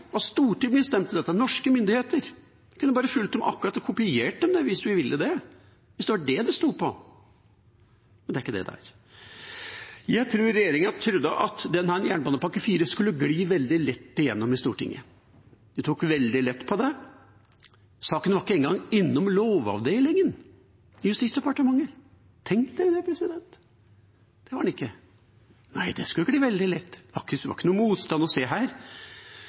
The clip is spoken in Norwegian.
Stortinget, norske myndigheter bestemte seg for dette, kunne vi bare ha fulgt dem og kopiert – hvis vi ville det, hvis det var det det sto på. Men det er ikke det det er. Jeg tror regjeringa trodde at fjerde jernbanepakke skulle gli veldig lett gjennom i Stortinget. De tok veldig lett på det. Saken var ikke engang innom Lovavdelingen i Justisdepartementet. Tenk det – det var den ikke. Nei, det skulle gli veldig lett, det var ikke noe motstand å se her.